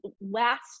last